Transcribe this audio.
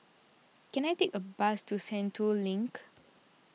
can I take a bus to Sentul Link